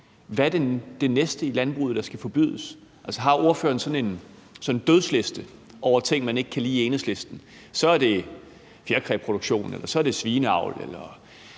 hvad er så det næste i landbruget, der skal forbydes? Har ordføreren sådan en dødsliste over ting, man ikke kan lide i Enhedslisten? Så er det fjerkræproduktion, eller så er det svineavl, eller